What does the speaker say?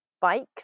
bikes